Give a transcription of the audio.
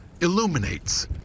illuminates